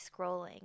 scrolling